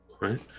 right